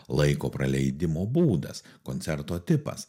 laiko praleidimo būdas koncerto tipas